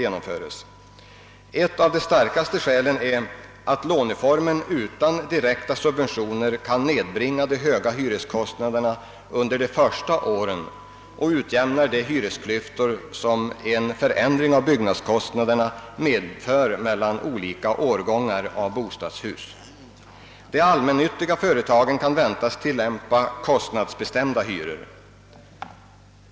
Ett av de starkaste skälen är att låneformen utan direkta subventioner kan nedbringa de höga hyreskostnaderna under de första åren och utjämna de hyresklyftor som en förändring av byggnadskostnaderna medför mellan olika årgångar av bostadshus. De allmännyttiga bostadsföretagen kan väntas tillämpa kostnadsbestämda hyror.